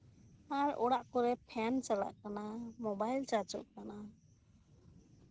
ᱟᱨ ᱚᱲᱟᱜ ᱠᱚᱨᱮ ᱯᱷᱮᱱ ᱪᱟᱞᱟᱜ ᱠᱟᱱᱟ ᱢᱳᱵᱟᱭᱤᱞ ᱪᱟᱨᱡᱚᱜ ᱠᱟᱱᱟ